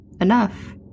enough